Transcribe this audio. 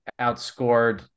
outscored